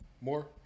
more